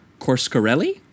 Corscarelli